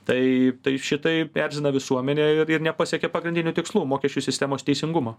tai tai šitaip erzina visuomenę ir ir nepasiekia pagrindinių tikslų mokesčių sistemos teisingumo